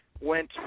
went